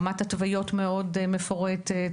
רמת התוויות מאוד מפורטת,